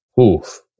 Oof